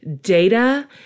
data